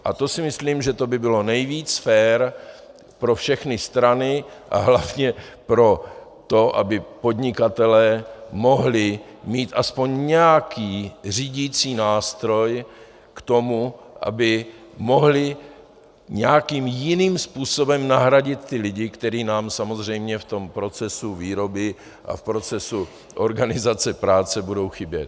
A to si myslím, že to by bylo nejvíc fér pro všechny strany a hlavně pro to, aby podnikatelé mohli mít alespoň nějaký řídicí nástroj k tomu, aby mohli nějakým jiným způsobem nahradit ty lidi, kteří nám samozřejmě v procesu výroby a v procesu organizace práce budou chybět.